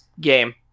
game